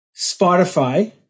Spotify